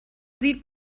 sieht